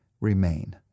remain